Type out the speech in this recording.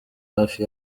hafi